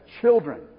children